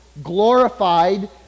glorified